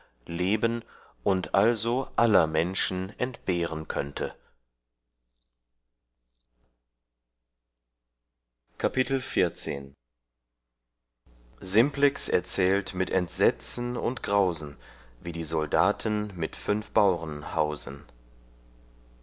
leben und also aller menschen entbehren könnte das vierzehnte kapitel simplex erzählt mit entsetzen und grausen wie die soldaten mit fünf bauren hausen